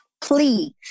please